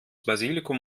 basilikum